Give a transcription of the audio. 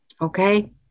okay